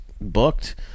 booked